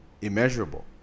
immeasurable